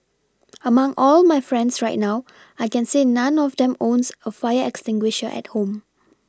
among all my friends right now I can say none of them owns a fire extinguisher at home